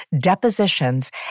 depositions